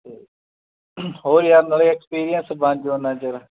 ਅਤੇ ਹੋਰ ਯਾਰ ਨਾਲੇ ਐਕਸਪੀਰੀਅੰਸ ਬਣ ਜਾਉ ਉੱਨਾ ਚਿਰ